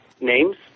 names